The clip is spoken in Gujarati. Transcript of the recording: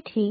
તેથી